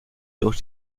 durch